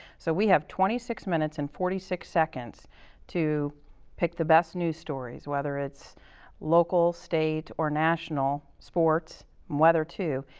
so, we have twenty six minutes and forty six seconds to pick the best news stories, whether it's local, state, or national, sports, and weather, too,